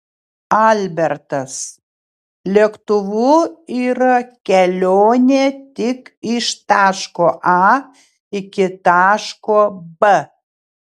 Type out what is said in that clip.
albertas lėktuvu yra kelionė tik iš taško a iki taško b